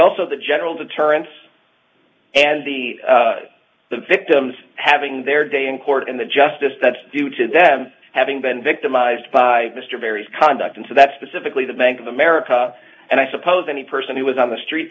also the general deterrence and the the victims having their day in court and the justice that's due to them having been victimized by mr barry's conduct and so that's specifically the bank of america and i suppose any person who was on the street